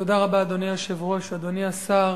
אדוני השר,